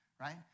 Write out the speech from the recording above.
right